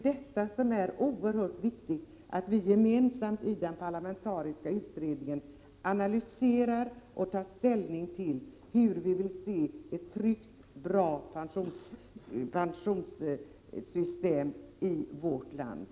Det är oerhört viktigt att vi gemensamt i den parlamentariska utredningen analyserar och tar ställning till hur vi vill se ett tryggt och bra pensionssystem i vårt land.